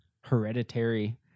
Hereditary